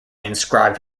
inscribed